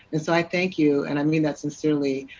and so i thank you, and i mean that sincerely.